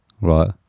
Right